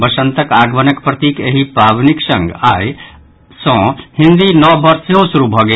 वसंतक आगमणक प्रतीक एहि पावनिक संग आइ सँ हिन्दी नव वर्ष सेहो शुरू भऽ गेल